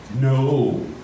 No